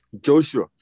Joshua